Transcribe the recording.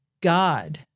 God